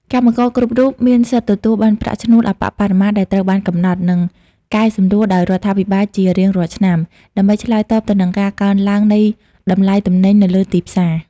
កម្មករគ្រប់រូបមានសិទ្ធិទទួលបានប្រាក់ឈ្នួលអប្បបរមាដែលត្រូវបានកំណត់ និងកែសម្រួលដោយរដ្ឋាភិបាលជារៀងរាល់ឆ្នាំ ដើម្បីឆ្លើយតបទៅនឹងការកើនឡើងនៃតម្លៃទំនិញនៅលើទីផ្សារ។